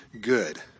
good